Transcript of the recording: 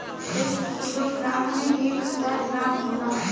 एक kilogram में एक हजार ग्राम होला